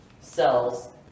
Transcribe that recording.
cells